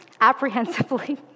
apprehensively